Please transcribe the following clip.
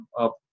up